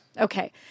Okay